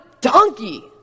Donkey